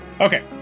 Okay